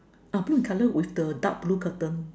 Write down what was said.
ah blue in color with the dark blue curtain